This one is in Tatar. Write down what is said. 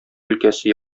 өлкәсе